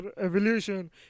evolution